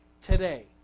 today